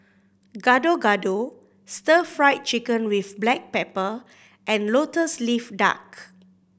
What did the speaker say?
Gado Gado Stir Fried Chicken with black pepper and Lotus Leaf Duck